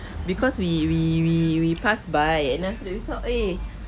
because we we passed by and then after that we thought eh